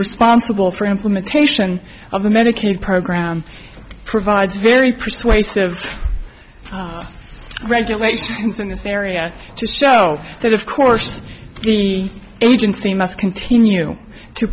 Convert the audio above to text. responsible for implementation of the medicaid program provides very persuasive graduates in this area just show that of course the agency must continue to